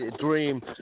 dream